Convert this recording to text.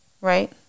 right